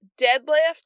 deadlift